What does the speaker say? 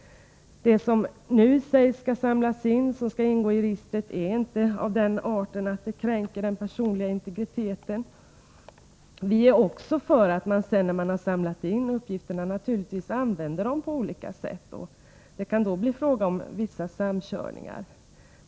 Det som nu sägs skall samlas in och ingå i registret är inte av den arten att det kränker den personliga integriteten. Vi är också för att man när man har samlat in uppgifterna använder dem på olika sätt — det kan då bli fråga om vissa samkörningar.